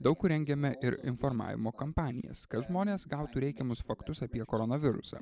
daug kur rengiame ir informavimo kampanijas kad žmonės gautų reikiamus faktus apie koronavirusą